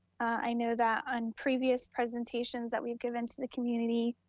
i know that on previous presentations that we've given to the community,